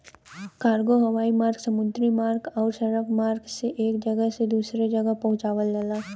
cargo हवाई मार्ग समुद्री मार्ग आउर सड़क मार्ग से एक जगह से दूसरे जगह पहुंचावल जाला